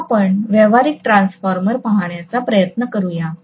आता आपण व्यावहारिक ट्रान्स्फॉर्मर पाहण्याचा प्रयत्न करूया